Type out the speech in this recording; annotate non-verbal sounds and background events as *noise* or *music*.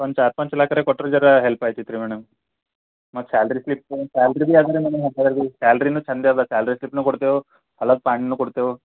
ಒಂದು ಚಾರ್ ಪಾಂಚ್ ಲಾಕರೆ ಕೊಟ್ರೆ ಜರಾ ಹೆಲ್ಪ್ ಆಯ್ತಿತ್ತು ರೀ ಮೇಡಮ್ ಮತ್ತು ಸ್ಯಾಲ್ರಿ ಸ್ಲಿಪ್ಪು ಸ್ಯಾಲ್ರಿ ಭಿ *unintelligible* ಸ್ಯಾಲ್ರಿನು *unintelligible* ಸ್ಯಾಲ್ರಿ ಸ್ಲಿಪ್ಪನ್ನು ಕೊಡ್ತೇವೆ ಹೊಲದ ಪಹಣಿನು ಕೊಡ್ತೇವೆ